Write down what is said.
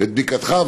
את בדיקתך,